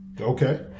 Okay